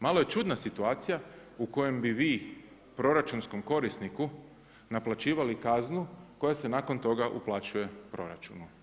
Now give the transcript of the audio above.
Malo je čudna situacija u kojoj bi vi proračunskom korisniku naplaćivali kaznu koja se nakon toga uplaćuje u proračunu.